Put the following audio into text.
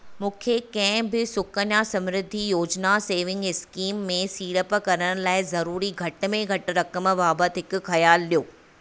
मूंखे कंहिं बि सुकन्या समृद्धि योजना सेविंग्स इस्कीम में सीड़प करण लाइ ज़रूरी घटि में घटि रक़म बाबति हिक ख़यालु ॾियो